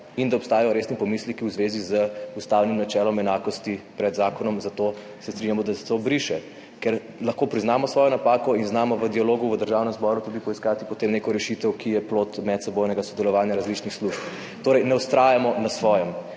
in da obstajajo resni pomisleki v zvezi z ustavnim načelom enakosti pred zakonom, zato se strinjamo, da se to briše, ker lahko priznamo svojo napako in znamo v dialogu v Državnem zboru tudi poiskati potem neko rešitev, ki je plod medsebojnega sodelovanja različnih služb. Torej, ne vztrajamo pri svojem